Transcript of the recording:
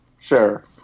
sure